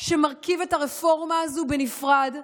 שמרכיב את הרפורמה הזו בנפרד,